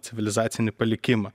civilizacinį palikimą